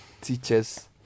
teachers